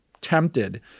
tempted